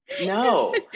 No